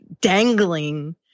dangling